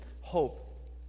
hope